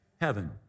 heaven